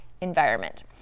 environment